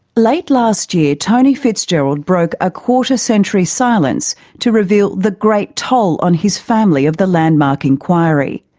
late last year tony fitzgerald broke a quarter-century silence to reveal the great toll on his family of the landmark inquiry.